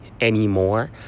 anymore